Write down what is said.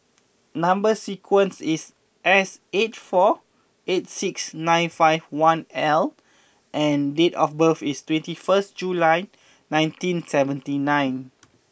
number sequence is S four three eight six nine five one L and date of birth is twenty first July nineteen seventy nine